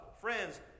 Friends